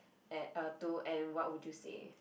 at uh to and what would you say